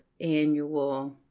annual